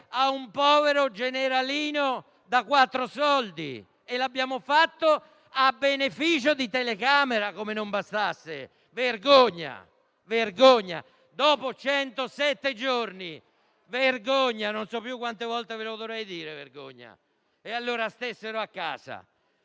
a un povero generalino da quattro soldi e l'abbiamo fatto a beneficio di telecamera, come se non bastasse. Vergogna, vergogna! Dopo 107 giorni. Vergogna! Non so più quante volte ve lo dovrei dire "vergogna". E allora stessero a casa!